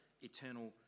eternal